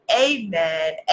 Amen